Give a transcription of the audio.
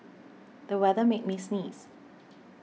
the weather made me sneeze